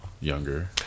younger